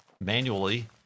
manually